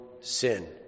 sin